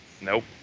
Nope